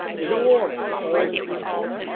as a warning to all and sundry.